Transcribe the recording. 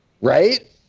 Right